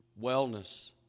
wellness